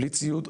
בלי ציוד,